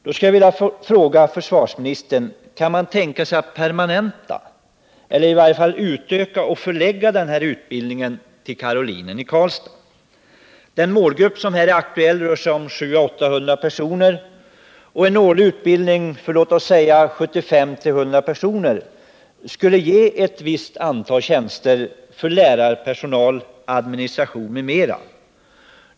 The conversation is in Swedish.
Min fråga till försvarsministern blir då: Kan man tänka sig att permanenta eller i varje fall utöka och förlägga denna utbildning till Karolinen i Karlstad? Den målgrupp det rör sig om omfattar 700-800 personer. En årlig utbildning för exempelvis 75-100 personer skulle ge ett visst antal tjänster för lärarpersonal, inom administration m.m.